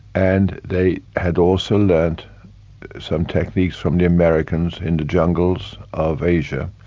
and they had also learnt some techniques from the americans in the jungles of asia,